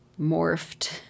morphed